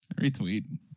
Retweet